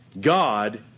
God